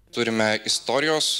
turime istorijos